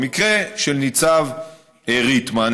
במקרה של ניצב ריטמן,